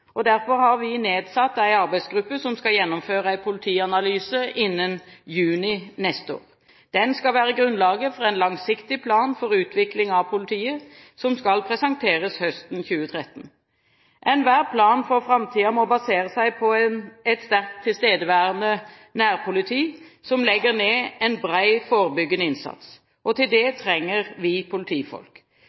framtiden. Derfor har vi nedsatt en arbeidsgruppe som skal gjennomføre en politianalyse innen juni neste år. Den skal være grunnlaget for en langsiktig plan for utvikling av politiet som skal presenteres høsten 2013. Enhver plan for framtiden må basere seg på et sterkt tilstedeværende nærpoliti som legger ned en bred forebyggende innsats. Til det trenger vi politifolk.